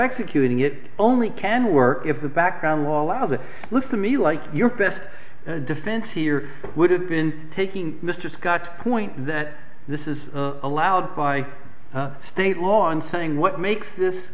executing it only can work if the background law allows it looks to me like your best defense here would have been taking mr scott's point that this is allowed by state law and saying what makes this